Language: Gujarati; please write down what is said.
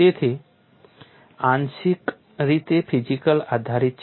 તેથી આંશિક રીતે તે ફિઝિક્સ આધારિત છે